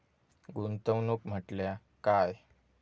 गुंतवणूक म्हटल्या काय?